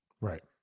Right